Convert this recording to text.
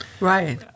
Right